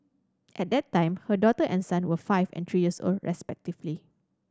at that time her daughter and son were five and three years old respectively